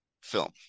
film